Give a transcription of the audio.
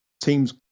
Teams